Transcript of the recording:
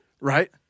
Right